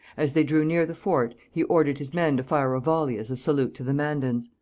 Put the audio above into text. as they drew near the fort, he ordered his men to fire a volley as a salute to the mandans.